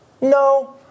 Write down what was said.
No